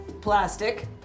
Plastic